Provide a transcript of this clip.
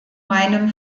meinem